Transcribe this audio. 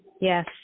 yes